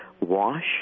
Wash